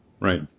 Right